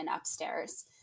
upstairs